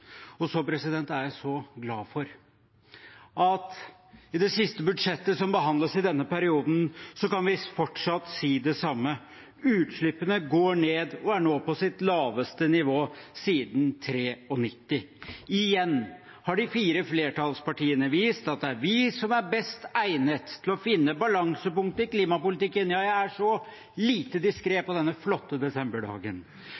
Så er jeg så glad for at vi fortsatt kan si det samme i det siste budsjettet som behandles i denne perioden. Utslippene går ned og er nå på det laveste nivå siden 1993. Igjen har de fire flertallspartiene vist at det er de som er best egnet til å finne balansepunktet i klimapolitikken. Ja, jeg er så lite